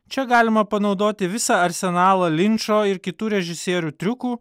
čia galima panaudoti visą arsenalą linčo ir kitų režisierių triukų